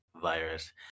virus